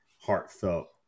heartfelt